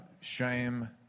shame